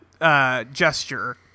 gesture